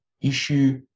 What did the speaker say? issue